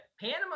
Panama